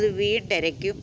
അത് വീടെരക്കും